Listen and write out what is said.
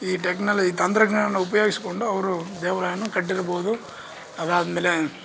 ಈ ಟೆಕ್ನಾಲಜಿ ತಂತ್ರಜ್ಞಾನ ಉಪಯೋಗಿಸ್ಕೊಂಡು ಅವರು ದೇವಾಲಯವನ್ನು ಕಟ್ಟಿರಬೋದು ಅದು ಆದಮೇಲೆ